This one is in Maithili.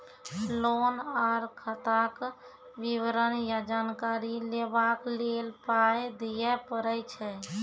लोन आर खाताक विवरण या जानकारी लेबाक लेल पाय दिये पड़ै छै?